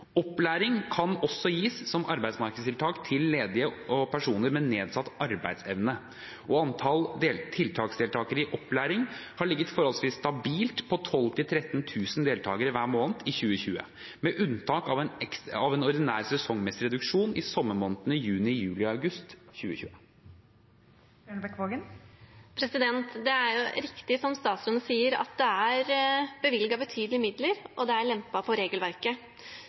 Opplæring kan også gis som arbeidsmarkedstiltak til ledige og personer med nedsatt arbeidsevne. Antall tiltaksdeltakere i opplæring har ligget forholdsvis stabilt på 12 000–13 000 deltakere hver måned i 2020, med unntak av en ordinær sesongmessig reduksjon i sommermånedene juni, juli og august 2020. Det er riktig som statsråden sier, at det er bevilget betydelige midler, og det er lempet på regelverket.